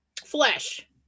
flesh